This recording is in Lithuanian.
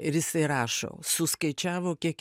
ir jisai rašo suskaičiavo kiek